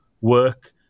work